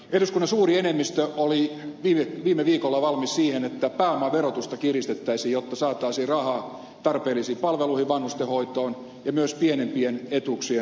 eduskunnan suuri enemmistö oli viime viikolla valmis siihen että pääomaverotusta kiristettäisiin jotta saataisiin rahaa tarpeellisiin palveluihin vanhustenhoitoon ja myös pienimpien etuuksien nostamiseen